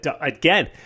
again